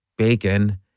Bacon